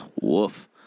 Woof